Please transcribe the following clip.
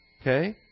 Okay